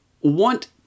want